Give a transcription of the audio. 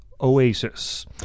Oasis